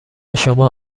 شما